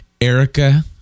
Erica